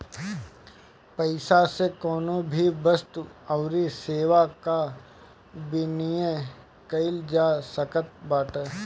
पईसा से कवनो भी वस्तु अउरी सेवा कअ विनिमय कईल जा सकत बाटे